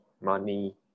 money